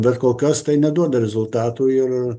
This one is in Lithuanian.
bet kolkas tai neduoda rezultatų ir